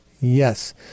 Yes